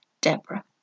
Deborah